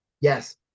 yes